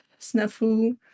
snafu